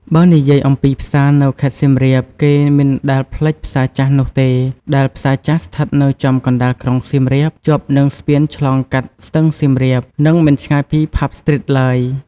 បើនិយាយអំពីផ្សារនៅខេត្តសៀមរាបគេមិនដែលភ្លេចផ្សារចាស់នោះទេ ដែលផ្សារចាស់ស្ថិតនៅចំកណ្តាលក្រុងសៀមរាប ជាប់នឹងស្ពានឆ្លងកាត់ស្ទឹងសៀមរាប និងមិនឆ្ងាយពីផាប់ស្ទ្រីតឡើយ។